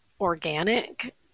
organic